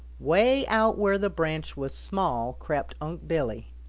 way out where the branch was small crept unc' billy.